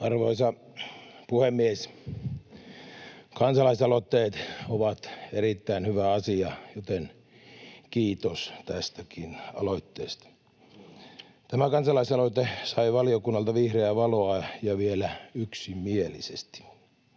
Arvoisa puhemies! Kansalaisaloitteet ovat erittäin hyvä asia, joten kiitos tästäkin aloitteesta. Tämä kansalaisaloite sai valiokunnalta vihreää valoa, ja vielä yksimielisesti.